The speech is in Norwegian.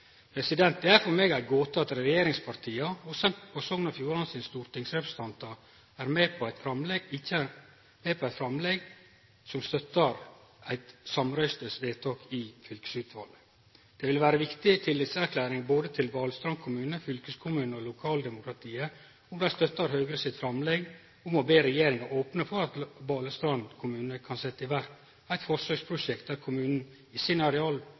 Det er for meg ei gåte at regjeringspartia og Sogn og Fjordane sine stortingsrepresentantar ikkje er med på eit framlegg som støttar seg på eit samrøystes vedtak i fylkesutvalet. Det ville vere ei viktig tillitserklæring både til Balestrand kommune, fylkeskommunen og lokaldemokratiet om dei støtta Høgre sitt framlegg om å be regjeringa opne for at Balestrand kommune kan setje i verk eit forsøksprosjekt der kommunen i arealplanen sin kan regulere areal